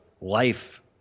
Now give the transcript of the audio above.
life